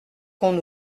qu’on